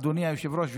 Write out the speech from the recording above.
אדוני היושב-ראש,